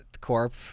corp